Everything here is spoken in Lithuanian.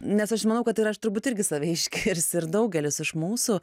nes aš manau kad ir aš turbūt irgi save išgirsiu ir daugelis iš mūsų